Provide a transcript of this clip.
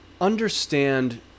Understand